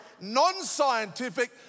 non-scientific